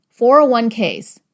401ks